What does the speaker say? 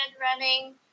running